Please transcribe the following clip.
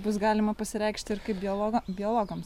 bus galima pasireikšti ir kaip biologo biologams